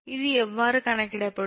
இது எவ்வாறு கணக்கிடப்படும்